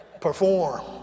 perform